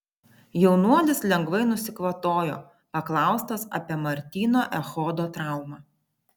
jaunuolis lengvai nusikvatojo paklaustas apie martyno echodo traumą